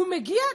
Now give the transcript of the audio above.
הוא מגיע,